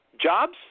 jobs